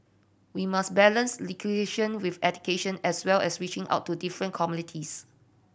we must balance with education as well as reaching out to different communities